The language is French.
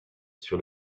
sur